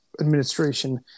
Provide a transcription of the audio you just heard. administration